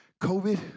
COVID